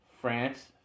France